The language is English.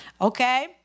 okay